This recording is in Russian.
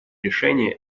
решения